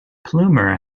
plummer